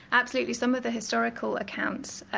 absolutely. some of the historical accounts,